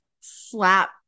slap